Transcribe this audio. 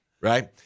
right